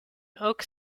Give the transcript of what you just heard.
oak